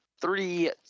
Three